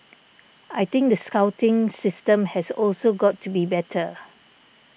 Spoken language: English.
I think the scouting system has also got to be better